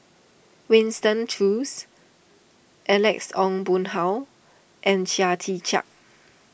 Winston Choos Alex Ong Boon Hau and Chia Tee Chiak